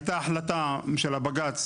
הייתה החלטה של הבג"ץ,